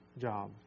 job